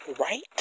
right